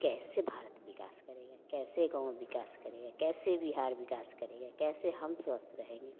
कैसे भारत विकास करेगा कैसे कौनो विकास करेगा कैसे बिहार विकास करेगा कैसे हम स्वस्थ रहेंगे